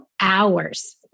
hours